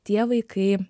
tie vaikai